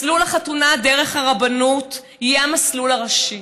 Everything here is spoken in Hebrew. מסלול החתונה דרך הרבנות יהיה המסלול הראשי,